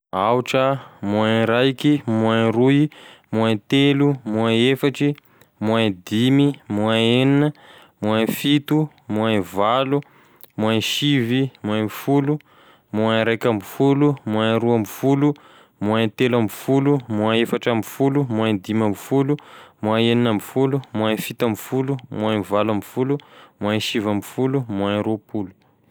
Aotra, moins raiky, moins roy, moins telo, moins efatry, moins dimy, moins enina, moins fiti, moins valo, moins sivy, moins folo, moins raika amby folo, moins roy amby folo, moins telo amby folo, moins efatra amby folo, moins dimy amby folo, moins enina amby folo, moins fito amby folo, moins valo amby folo, moins sivy amby folo, moins roapolo.